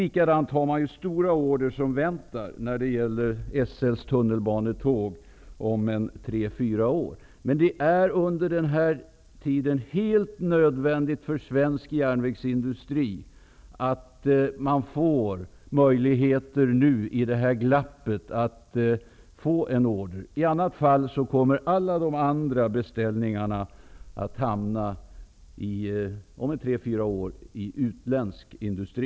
Likaså finns det stora order att vänta när det gäller Det är emellertid helt nödvändigt för svensk järnvägsindustri att under den här tiden -- i det här glappet -- få en order. I annat fall kommer alla de andra beställningarna om tre fyra år att hamna i utländsk industri.